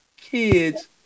kids